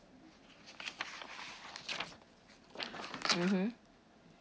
mmhmm